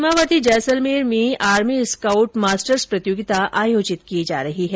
सीमावर्ती जैसलमेर में army scout masters प्रतियोगिता आयोजित की जा रही है